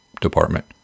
department